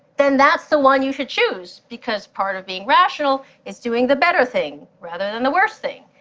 then that's the one you should choose, because part of being rational is doing the better thing rather than the worse thing,